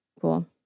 Cool